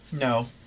No